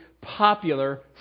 popular